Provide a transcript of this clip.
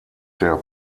der